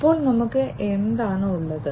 അപ്പോൾ നമുക്ക് എന്താണ് ഉള്ളത്